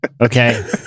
Okay